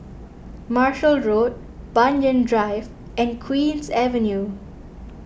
Marshall Road Banyan Drive and Queen's Avenue